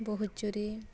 ବୋହୂଚୋରି